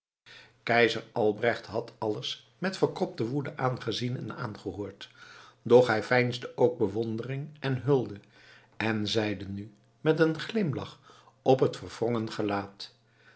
keizer albrecht had alles met verkropte woede aangezien en aangehoord doch hij veinsde ook bewondering en hulde en zeide nu met een glimlach op het verwrongen gelaat